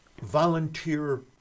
volunteer